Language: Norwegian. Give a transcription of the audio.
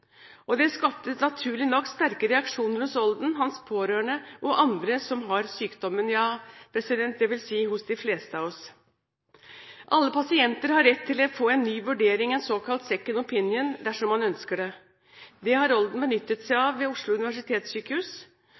beste. Det skapte naturlig nok sterke reaksjoner hos Olden og hans pårørende og hos andre som har sykdommen, ja, dvs. hos de fleste av oss. Alle pasienter har rett til å få en ny vurdering, en såkalt second opinion, dersom man ønsker det. Det har Olden benyttet seg av ved Oslo universitetssykehus.